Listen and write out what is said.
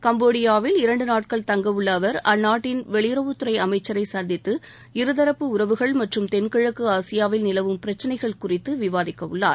கம்போடியாவில் இரண்டு நாட்கள் தங்கவுள்ள அவர் அந்நாட்டின் வெளியுறவுத் துறை அமைச்சரை சந்தித்து இருதரப்பு உறவுகள் மற்றும் தென்கிழக்கு ஆசியாவில் நிலவும் பிரச்சினைகள் குறித்து விவாதிக்கவுள்ளார்